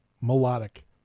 melodic